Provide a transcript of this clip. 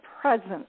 presence